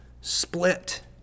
split